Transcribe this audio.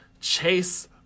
Chase